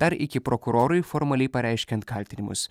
dar iki prokurorui formaliai pareiškiant kaltinimus